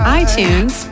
iTunes